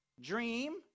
dream